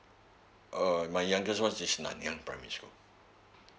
uh my youngest one is nanyang primary school